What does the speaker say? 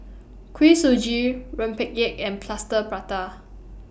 Kuih Suji Rempeyek and Plaster Prata